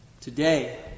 Today